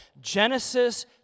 Genesis